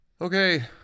okay